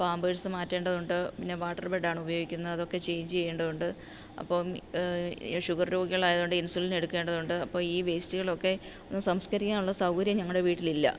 Pampers മാറ്റേണ്ടതുണ്ട് പിന്നെ water ബെഡാണ് ഉപയോഗിക്കുന്നത് അതൊക്കെ ചേഞ്ച് ചെയ്യേണ്ടതുണ്ട് അപ്പം ഷുഗർ രോഗികളായതുകൊണ്ട് ഇൻസുലിൻ എടുക്കേണ്ടതുണ്ട് അപ്പോൾ ഈ വേസ്റ്റുകളൊക്കെ ഒന്നു സംസ്ക്കരിക്കാനുള്ള സൗകര്യം ഞങ്ങളുടെ വീട്ടിലില്ല